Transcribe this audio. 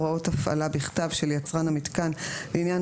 הוראות הפעלה בכתב של יצרן המיתקן לעניין